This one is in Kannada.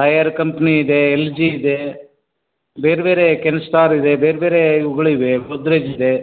ಹೈಯರ್ ಕಂಪ್ನಿ ಇದೆ ಎಲ್ ಜಿ ಇದೆ ಬೇರೆಬೇರೆ ಕೆನ್ಸ್ಟಾರ್ ಇದೆ ಬೇರ್ಬೇರೆ ಇವುಗಳು ಇವೆ ಗೋದ್ರೇಜ್ ಇದೆ